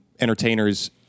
entertainers